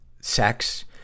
sex